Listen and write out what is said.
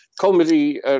Comedy